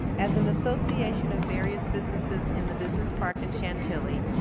as an association of various businesses in the business park in chantilly,